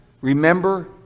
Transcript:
remember